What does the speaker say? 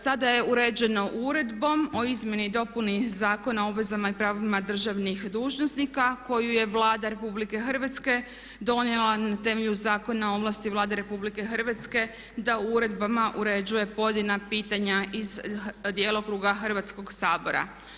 Sada je uređeno Uredbom o izmjeni i dopuni Zakona o obvezama i pravima državnih dužnosnika koju je Vlada RH donijela na temelju Zakona o ovlasti Vlade RH da u uredbama uređuje pojedina pitanja iz djelokruga Hrvatskoga sabora.